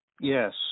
Yes